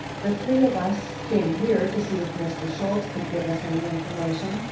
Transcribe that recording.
the three of us came here to see if mr. schultze could give us any information,